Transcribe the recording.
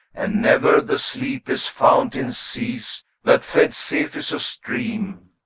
and never the sleepless fountains cease that feed cephisus' stream,